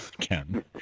Ken